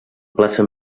plaça